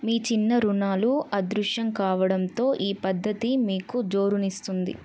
మీ చిన్న రుణాలు అదృశ్యం కావడంతో ఈ పద్ధతి మీకు జోరునిస్తుంది